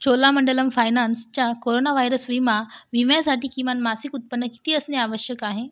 चोलामंडलम फायनान्सच्या corona virus विमा विम्यासाठी किमान मासिक उत्पन्न किती असणे आवश्यक आहे